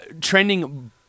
trending